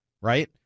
right